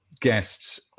guests